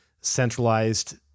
centralized